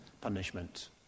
punishment